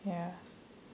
ya